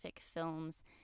films